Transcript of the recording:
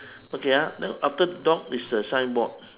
okay ah then after the dog is the signboard